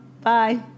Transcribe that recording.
Bye